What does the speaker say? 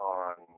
on